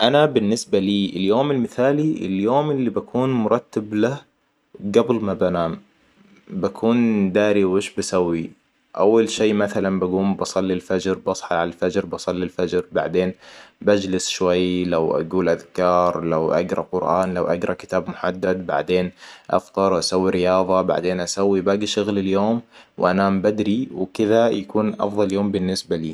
أنا بالنسبة لي اليوم المثالي اليوم اللي بكون مرتب له قبل ما بنام. بكون داري وش بسوي. أول شي مثلاً بقوم بصلي الفجر بصحى عالفجر بصلي الفجر بعدين بجلس شوي لو أقول اذكار لو أقرا قرآن لو أقرا كتاب محدد بعد افطر وأسوي رياضة بعدين أسوي باقي شغل اليوم وانام بدري وبكذا يكون افضل يوم بالنسبة لي